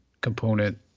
component